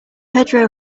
pedro